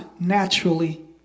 naturally